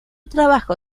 trabajo